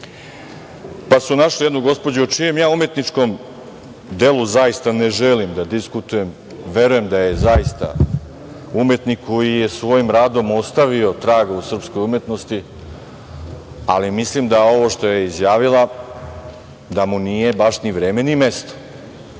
pa su našli jednu gospođu, o čijem ja umetničkom delu ne želim da diskutujem. Verujem da je zaista umetnik koji je svojim radom ostavio trag u srpskoj umetnosti, ali mislim ovo što je izjavila, da mu nije baš ni vreme, ni mesto. Dva